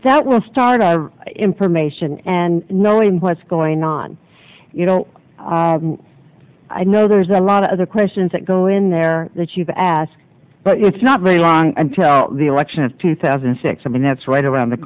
that will start our information and knowing what's going on you know i know there's a lot of other questions that go in there that you've asked but it's not very long until the election of two thousand and six i mean that's right around the